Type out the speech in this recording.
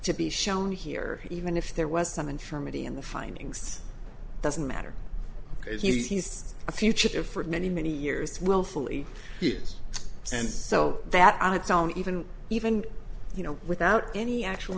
to be shown here even if there was some infirmity in the findings doesn't matter because he's a fugitive for many many years willfully yes and so that on its own even even you know without any actual